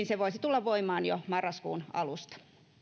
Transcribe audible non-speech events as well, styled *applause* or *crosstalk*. *unintelligible* se voisi tulla voimaan jo marraskuun alusta